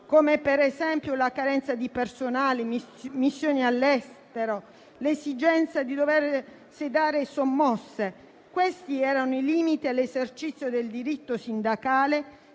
come per esempio la carenza di personale, le missioni all'estero o l'esigenza di sedare sommosse. Questi erano i limiti all'esercizio del diritto sindacale,